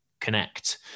connect